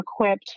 equipped